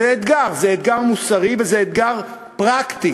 זה אתגר: זה אתגר מוסרי וזה אתגר פרקטי,